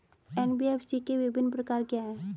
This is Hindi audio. एन.बी.एफ.सी के विभिन्न प्रकार क्या हैं?